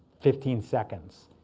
fifteen seconds.